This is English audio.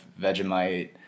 Vegemite